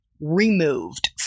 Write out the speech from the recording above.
removed